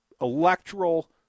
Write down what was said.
electoral